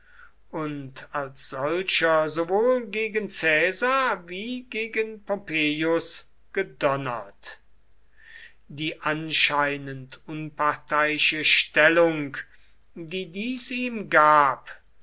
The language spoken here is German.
und als solcher sowohl gegen caesar wie gegen pompeius gedonnert die anscheinend unparteiische stellung die dies ihm gab